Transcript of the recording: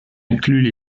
inclut